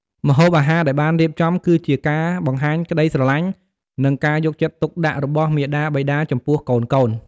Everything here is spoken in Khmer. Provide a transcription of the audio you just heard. ម្ហូបអាហារដែលបានរៀបចំ គឺជាការបង្ហាញក្តីស្រឡាញ់ និងការយកចិត្តទុកដាក់របស់មាតាបិតាចំពោះកូនៗ។